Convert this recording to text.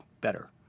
better